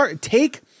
Take